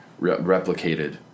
replicated